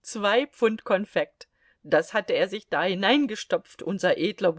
zwei pfund konfekt das hatte er sich da hineingestopft unser edler